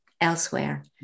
elsewhere